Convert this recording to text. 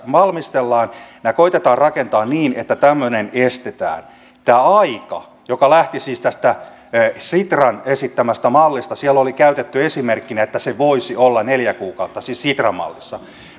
valmistellaan nämä koetetaan rakentaa niin että tämmöinen estetään tämä aika lähti siis tästä sitran esittämästä mallista siellä oli käytetty esimerkkinä että se voisi olla neljä kuukautta siis sitran mallissa